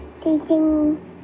teaching